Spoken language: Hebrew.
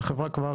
והחברה כבר